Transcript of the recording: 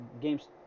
games